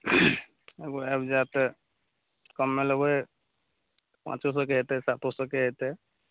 एगो आबि जायत कममे लेबै पाँचो सएके अयतै सातो सएके अयतै